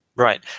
Right